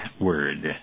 word